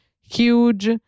huge